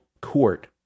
court